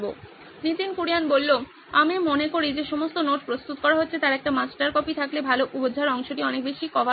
নীতিন কুরিয়ান আমি মনে করি যে সমস্ত নোট প্রস্তুত করা হচ্ছে তার একটি মাস্টার কপি থাকলে ভালো বোঝার অংশটি অনেক বেশি কভার হতো